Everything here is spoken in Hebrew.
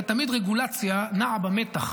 הרי תמיד רגולציה נעה במתח